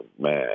man